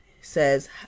says